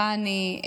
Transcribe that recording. חנ"י,